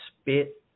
spit